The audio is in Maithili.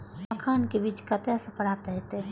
मखान के बीज कते से प्राप्त हैते?